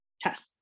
test